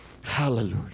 Hallelujah